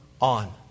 on